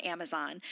Amazon